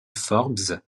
forbes